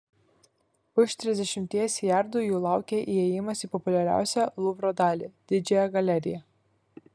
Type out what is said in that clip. už trisdešimties jardų jų laukė įėjimas į populiariausią luvro dalį didžiąją galeriją